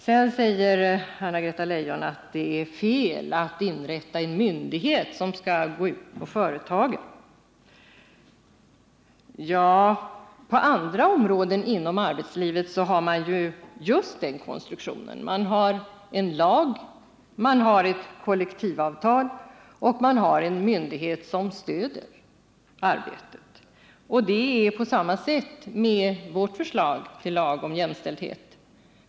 Sedan säger Anna-Greta Leijon att det är fel att inrätta en myndighet som skall gå ut på företagen. Men på andra områden inom arbetslivet har vi just den konstruktionen. Vi har en lag, ett kollektivavtal och en myndighet som stöder arbetet. På samma sätt är det med vårt förslag till lag om jämställdhet.